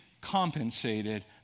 compensated